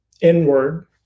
Inward